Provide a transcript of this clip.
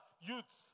youths